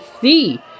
see